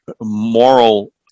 moral